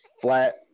flat